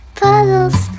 puzzles